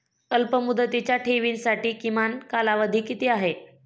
अल्पमुदतीच्या ठेवींसाठी किमान कालावधी किती आहे?